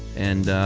and